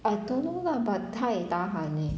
I don't know lah but 她也 tahan eh